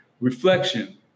reflection